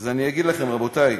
אז אני אגיד לכם, רבותי.